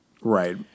Right